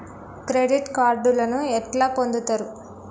Credit కార్డులను ఎట్లా పొందుతరు?